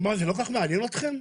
זה לא כל כך מעניין אתכם,